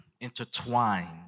intertwined